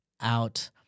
out